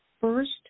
first